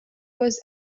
was